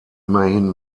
immerhin